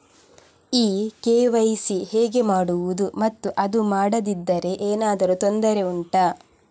ಈ ಕೆ.ವೈ.ಸಿ ಹೇಗೆ ಮಾಡುವುದು ಮತ್ತು ಅದು ಮಾಡದಿದ್ದರೆ ಏನಾದರೂ ತೊಂದರೆ ಉಂಟಾ